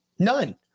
None